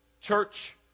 church